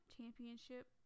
championship